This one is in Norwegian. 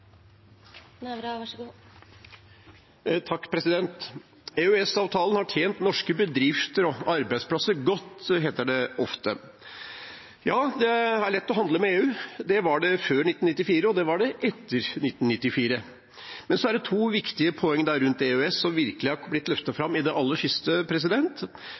har tjent norske bedrifter og arbeidsplasser godt, heter det ofte. Ja, det er lett å handle med EU. Det var det før 1994, og det var det etter 1994. Men så er det to viktige poeng rundt EØS som virkelig har blitt løftet fram i det aller siste.